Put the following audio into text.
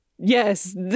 yes